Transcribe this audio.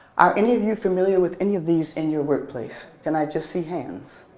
are any of you familiar with any of these in your workplace? can i just see hands?